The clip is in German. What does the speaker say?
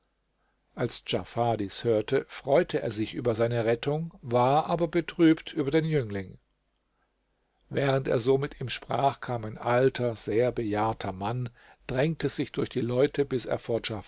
als djafar dies hörte freute er sich über seine rettung war aber betrübt über den jüngling während er so mit ihm sprach kam ein alter sehr bejahrter mann drängte sich durch die leute bis